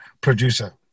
producer